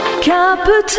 Capital